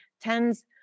tens